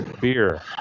beer